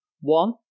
One